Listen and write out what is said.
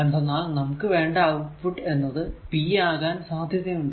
എന്തെന്നാൽ നമുക്ക് വേണ്ട ഔട്ട്പുട്ട് എന്നത് p അകാൻ സാധ്യത ഉണ്ട്